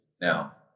Now